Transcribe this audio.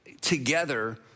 together